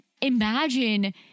imagine